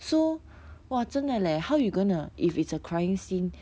so !wah! 真的 leh how you gonna if it's a crying scene